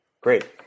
Great